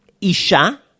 Isha